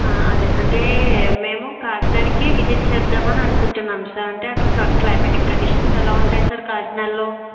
అదే అంటే మేము కాకినాడకి విజిట్ చేద్దాం అనుకుంటున్నాం సార్ అంటే అక్కడ క్లైమాటిక్ కండిషన్స్ ఎలా ఉంటాయి సార్ కాకినాడలో